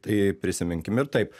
tai prisiminkim ir taip